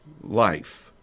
life